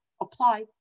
apply